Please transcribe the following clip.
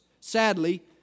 Sadly